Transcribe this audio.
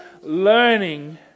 learning